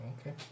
Okay